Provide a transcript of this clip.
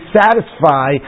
satisfy